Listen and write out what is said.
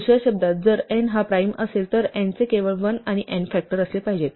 दुस या शब्दात जर n हा प्राइम असेल तर n चे केवळ 1 आणि n फॅक्टर असले पाहिजेत